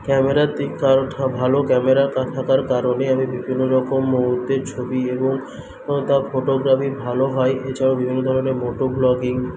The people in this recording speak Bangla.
ক্যামেরার দিক ভালো ক্যামেরা থাকার কারণে আমি বিভিন্নরকম মুহূর্তের ছবি এবং তা ফটোগ্রাফির ভালো হয় এছাড়াও বিভিন্ন ধরনের মোটো ব্লগিং